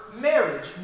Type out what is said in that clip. marriage